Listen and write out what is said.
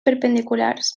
perpendiculars